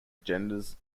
genders